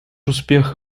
успех